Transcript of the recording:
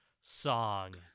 song